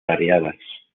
variadas